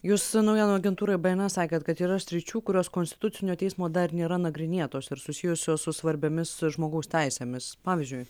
jūs naujienų agentūrai bns sakėt kad yra sričių kurios konstitucinio teismo dar nėra nagrinėtos ir susijusios su svarbiomis žmogaus teisėmis pavyzdžiui